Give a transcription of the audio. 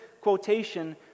quotation